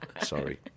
Sorry